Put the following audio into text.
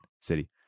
city